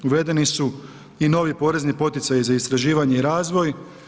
Uvedeni su i novi porezni poticaji za istraživanje i razvoj.